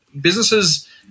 businesses